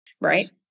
right